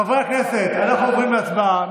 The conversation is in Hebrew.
חברי הכנסת, אנחנו עוברים להצבעה.